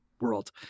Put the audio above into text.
world